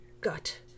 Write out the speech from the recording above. gut